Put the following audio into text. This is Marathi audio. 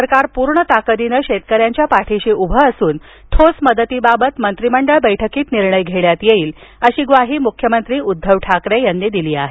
सरकार पूर्ण ताकदीनं शेतकऱ्यांच्या पाठीशी उभं असून ठोस मदतीबाबत मंत्रिमंडळ बैठकीत निर्णय घेण्यात येईल अशी ग्वाही मुख्यमंत्री द्वव ठाकरे यांनी दिली आहे